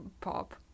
pop